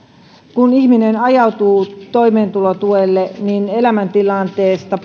kun ihminen ajautuu toimeentulotuelle elämäntilanteesta